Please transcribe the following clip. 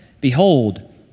Behold